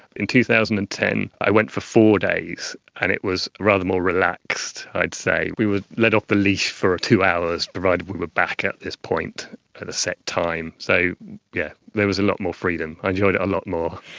in two thousand and ten i went for four days and it was rather more relaxed i'd say. we were let off the leash for two hours provided we were back at this point at a set time. so yeah there was a lot more freedom, i enjoyed it a lot more.